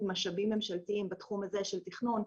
משאבים ממשלתיים בתחום הזה של תכנון,